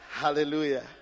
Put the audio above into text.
Hallelujah